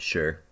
Sure